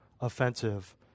offensive